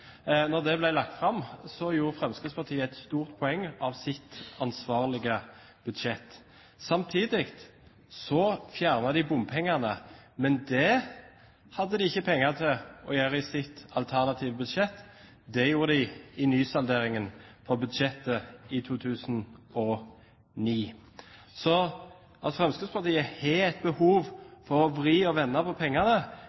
det ble lagt fram, gjorde Fremskrittspartiet et stort poeng av sitt ansvarlige budsjett. Samtidig fjernet de bompengene. Men det hadde de ikke penger til å gjøre i sitt alternative budsjett. Det gjorde de i nysalderingen for budsjettet i 2009. Så at Fremskrittspartiet har